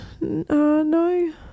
No